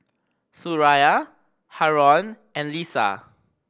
Suria Haron and Lisa